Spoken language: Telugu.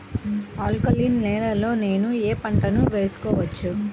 ఆల్కలీన్ నేలలో నేనూ ఏ పంటను వేసుకోవచ్చు?